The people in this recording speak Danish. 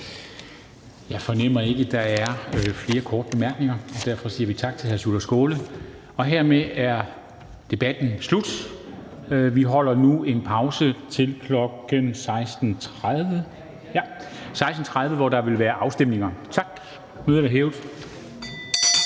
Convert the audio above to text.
Jeg fornemmer ikke, at der er flere korte bemærkninger, og derfor siger vi tak til hr. Sjúrður Skaale. Hermed er partilederdebatten slut. Vi holder nu en pause til kl. 16.30, hvor der vil være afstemninger. Tak. Mødet er